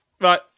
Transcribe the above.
Right